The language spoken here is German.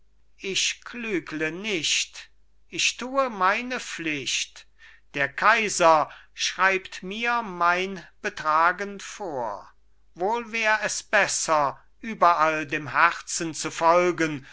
ich klügle nicht ich tue meine pflicht der kaiser schreibt mir mein betragen vor wohl wär es besser überall dem herzen zu folgen